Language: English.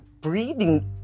breathing